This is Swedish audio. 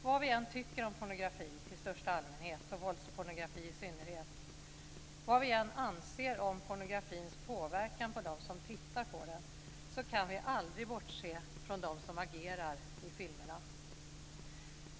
Vad vi än tycker om pornografi i största allmänhet och våldspornografi i synnerhet, och vad vi än anser om pornografins påverkan på dem som tittar på den, kan vi aldrig bortse från dem som agerar i filmerna.